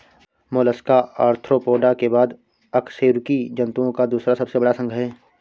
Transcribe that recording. Mollusca Arthropoda के बाद अकशेरुकी जंतुओं का दूसरा सबसे बड़ा संघ है